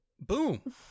Boom